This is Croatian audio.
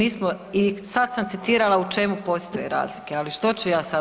I sad sam citirala u čemu postoje razlike, ali što ću ja sad.